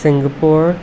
Singapore